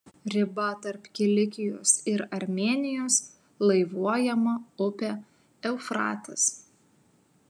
riba tarp kilikijos ir armėnijos laivuojama upė eufratas